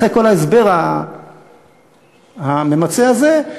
אחרי כל ההסבר הממצה הזה,